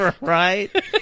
Right